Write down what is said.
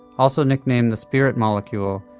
also nicknamed the spirit molecule,